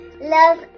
Love